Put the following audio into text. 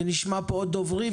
כי נשמע פה עוד דוברים,